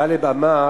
טלב אמר